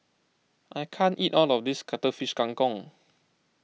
I can't eat all of this Cuttlefish Kang Kong